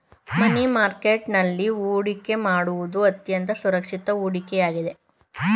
ಮನಿ market ನಲ್ಲಿ ಹೊಡಿಕೆ ಮಾಡುವುದು ಅತ್ಯಂತ ಸುರಕ್ಷಿತ ಹೂಡಿಕೆ ಆಗಿದೆ